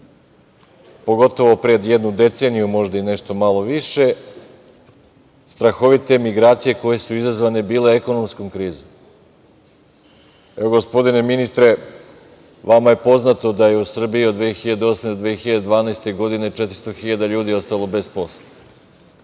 pogotovo pre jednu deceniju, možda i nešto malo više, strahovite migracije koje su bile izazvane ekonomskom krizom. Gospodine ministre, vama je poznato da je u Srbiji od 2008, 2012. godine 400.000 ljudi ostalo bez posla.